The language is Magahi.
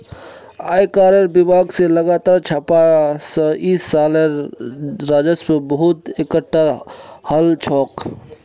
आयकरेर विभाग स लगातार छापा स इस सालेर राजस्व बहुत एकटठा हल छोक